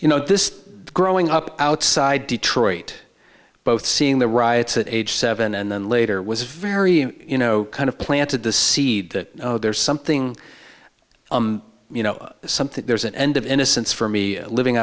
you know this growing up outside detroit both seeing the riots at age seven and then later was very you know kind of planted the seed that there's something you know something there's an end of innocence for me living